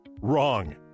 Wrong